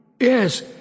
Yes